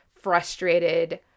frustrated